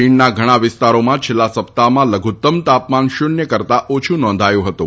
ખીણના ઘણાં વિસ્તારોમાં છેલ્લા સપ્તાહમાં લધુત્તમ તાપમાન શુન્ય કરતાં ઓછું નોંધાયું હતું